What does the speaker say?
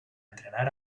entrenar